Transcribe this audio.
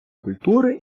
культури